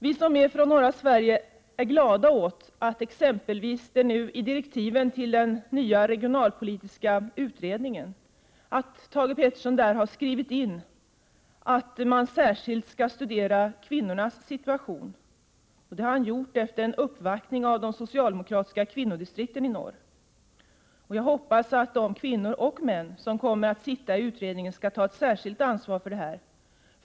Vi som är från norra Sverige är glada åt att Thage Peterson exempelvis i direktiven till den regionalpolitiska utredningen skrivit in att man särskilt skall studera kvinnornas situation. Det har han gjort efter en uppvaktning av de socialdemokratiska kvinnodistrikten i norr. Jag hoppas att de kvinnor och män som kommer att sitta i utredningen tar särskilt ansvar för detta.